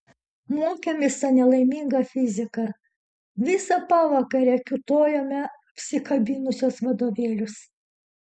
mokėmės tą nelaimingą fiziką visą pavakarę kiūtojome apsikabinusios vadovėlius